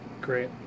Great